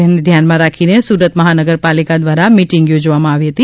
જેને ધ્યાનમાં રાખીને સુરત મહાનગર પાલિકા દ્વારા મીટીંગ યોજવામાં આવી હતી